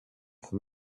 for